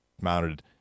mounted